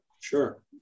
Sure